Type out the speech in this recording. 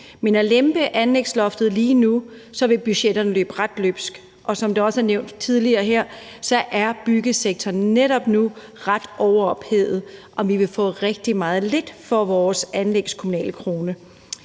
man lemper anlægsloftet lige nu, vil budgetterne løbe ret løbsk, og som det også er nævnt tidligere her, er byggesektoren netop nu ret overophedet, og vi vil få rigtig lidt for vores kommunale